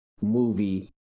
movie